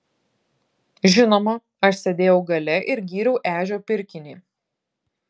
žinoma aš sėdėjau gale ir gyriau ežio pirkinį